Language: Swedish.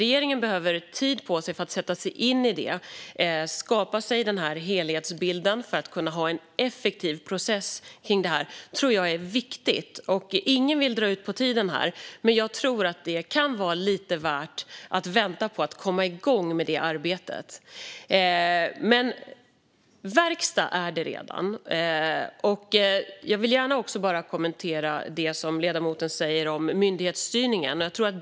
Regeringen behöver tid på sig för att sätta sig in i det och skapa helhetsbilden för att kunna ha en effektiv process för detta. Det är viktigt. Ingen vill dra ut på tiden. Det kan vara lite värt att vänta på att man kommer igång med det arbetet. Men det är redan verkstad. Jag vill också gärna kommentera det som ledamoten säger om myndighetsstyrningen.